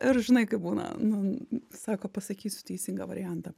ir žinai kaip būna nu sako pasakysiu teisingą variantą